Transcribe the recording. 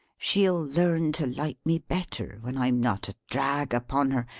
she'll learn to like me better, when i'm not a drag upon her,